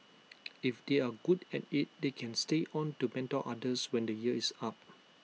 if they are good at IT they can stay on to mentor others when the year is up